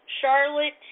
Charlotte